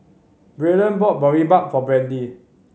Braylen bought Boribap for Brandy